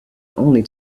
only